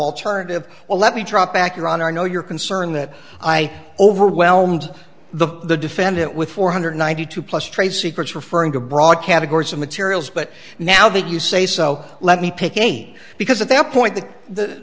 alternative well let me drop back your honor no your concern that i overwhelmed the the defendant with four hundred ninety two plus trade secrets referring to broad categories of materials but now that you say so let me pick again because at that point that the